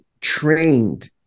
trained